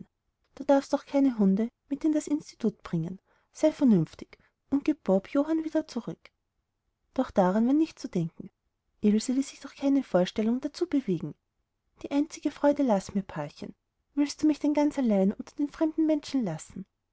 du darfst doch keine hunde mit in das institut bringen sei vernünftig und gieb bob johann wieder zurück doch daran war nicht zu denken ilse ließ sich durch keine vorstellung dazu bewegen die einzige freude laß mir pa'chen willst du mich denn ganz allein unter den fremden menschen lassen